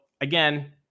again